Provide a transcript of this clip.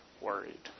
worried